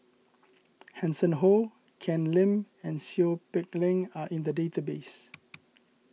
Hanson Ho Ken Lim and Seow Peck Leng are in the database